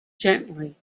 gently